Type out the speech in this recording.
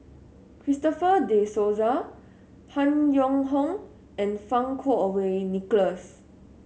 Christopher De Souza Han Yong Hong and Fang Kuo Wei Nicholas